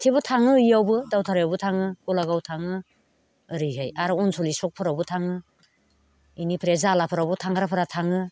थेवबो थाङो बैयावबो दावथारायावबो थाङो गलागाव थाङो ओरैहाय आरो अनसुलि स'कफोरावबो थाङो बेनिफ्राय जालाफोरावबो थांग्राफोरा थाङो